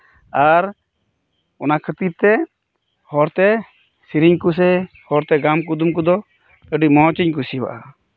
ᱟᱨ ᱚᱱᱟ ᱠᱷᱟᱹᱛᱤᱨ ᱛᱮ ᱦᱚᱲ ᱛᱮ ᱥᱮᱹᱨᱮᱹᱧ ᱠᱚᱥᱮ ᱦᱚᱲ ᱛᱮ ᱜᱟᱢ ᱠᱩᱫᱩᱢ ᱠᱚᱫᱚ ᱟᱹᱰᱤ ᱢᱚᱸᱡᱽ ᱤᱧ ᱠᱩᱥᱤᱭᱟᱜᱼᱟ